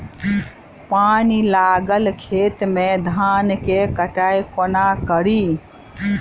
पानि लागल खेत मे धान केँ कटाई कोना कड़ी?